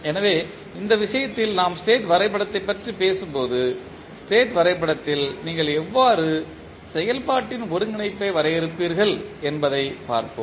எனவே இந்த விஷயத்தில் நாம் ஸ்டேட் வரைபடத்தைப் பற்றி பேசும்போது ஸ்டேட் வரைபடத்தில் நீங்கள் எவ்வாறு செயல்பாட்டின் ஒருங்கிணைப்பை வரையறுப்பீர்கள் என்பதைப் பார்ப்போம்